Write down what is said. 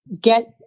get